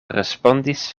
respondis